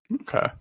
Okay